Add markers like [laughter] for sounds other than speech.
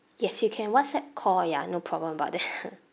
yes you can whatsapp call ya no problem about that [laughs]